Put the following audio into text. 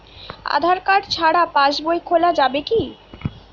আধার card ছাড়া পাশবই খোলা যাবে কি?